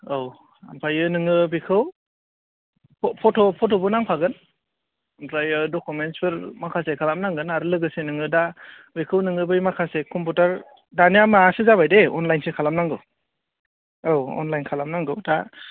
औ ओमफायो नोङो बेखौ फट' फट'बो नांफागोन ओमफ्रायो डकुमेन्ट्सफोर माखासे खालाम नांगोन आर लोगोसे नोङो दा बेखौ नोङो माखासे कम्पिउटार दानिया माबासो जाबाय दे अनलाइनसो खालाम नांगौ औ अनलाइन खालामनांगौ दा